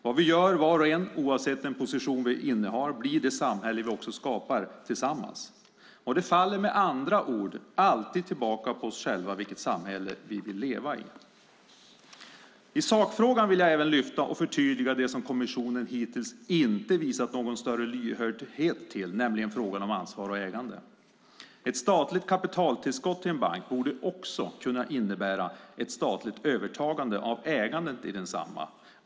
Det vi gör var och en, oavsett den position vi innehar, blir det samhälle vi också skapar tillsammans. Det faller med andra ord alltid tillbaka på oss själva vilket samhälle vi vill leva i. I sakfrågan vill jag även lyfta fram och förtydliga det som kommissionen hittills inte har visat någon större lyhördhet för, nämligen frågan om ansvar och ägande. Ett statligt kapitaltillskott till en bank borde också kunna innebära ett statligt övertagande av ägandet i densamma.